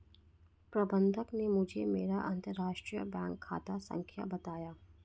प्रबन्धक ने मुझें मेरा अंतरराष्ट्रीय बैंक खाता संख्या बताया